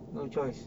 no choice